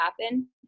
happen